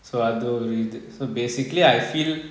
so I don't read it so basically I feel